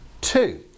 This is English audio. Two